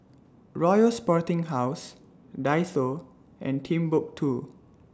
Royal Sporting House Daiso and Timbuk two